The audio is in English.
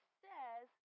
says